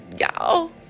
y'all